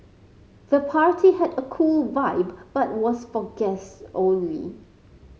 the party had a cool vibe but was for guests only